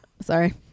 Sorry